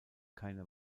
keine